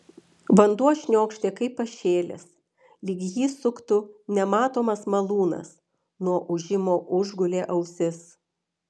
vanduo šniokštė kaip pašėlęs lyg jį suktų nematomas malūnas nuo ūžimo užgulė ausis